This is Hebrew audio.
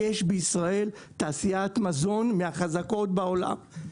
יש בישראל תעשיית מזון מהחזקות בעולם,